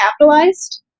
capitalized